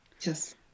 Yes